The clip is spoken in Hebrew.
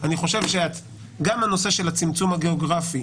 אני חושב שגם הנושא של הצמצום הגיאוגרפי,